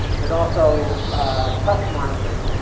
but also tough-minded.